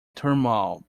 turmoil